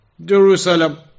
Jerusalem